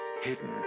hidden